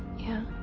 yeah.